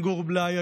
לעו"ד גור בליי,